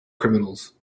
criminals